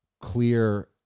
clear